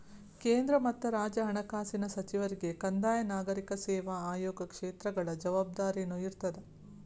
ಕೇಂದ್ರ ಮತ್ತ ರಾಜ್ಯ ಹಣಕಾಸಿನ ಸಚಿವರಿಗೆ ಕಂದಾಯ ನಾಗರಿಕ ಸೇವಾ ಆಯೋಗ ಕ್ಷೇತ್ರಗಳ ಜವಾಬ್ದಾರಿನೂ ಇರ್ತದ